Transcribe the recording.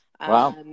Wow